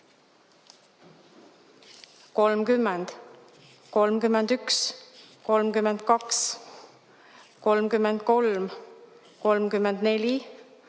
30, 31, 32, 33, 34,